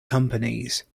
companies